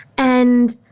and